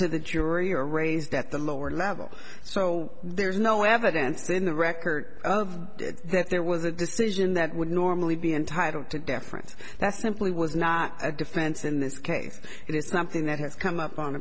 the jury or raised at the lower level so there's no evidence in the record of that there was a decision that would normally be entitled to deference that simply was not a defense in this case it is something that has come up on